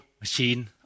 machine